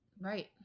Right